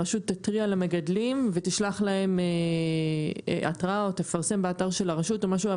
הרשות תתריע למגדלים ותשלח להם התראה או תפרסם באתר של הרשות או משהו,